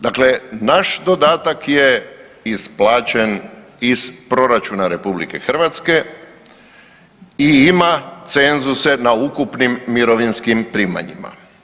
Dakle, naš dodatak je isplaćen iz proračuna RH i ima cenzuse na ukupnim mirovinskim primanjima.